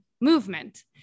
movement